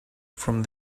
from